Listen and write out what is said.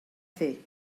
fer